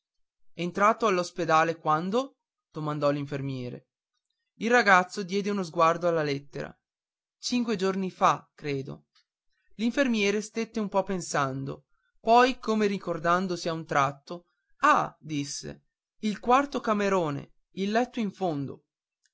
entrato all'ospedale quando domandò l'infermiere il ragazzo diede uno sguardo alla lettera cinque giorni fa credo l'infermiere stette un po pensando poi come ricordandosi a un tratto ah disse il quarto camerone il letto in fondo